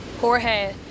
Jorge